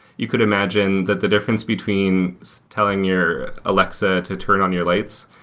you could imagine that the difference between telling your alexa to turn on your lights,